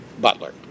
Butler